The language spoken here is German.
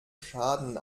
schaden